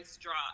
drop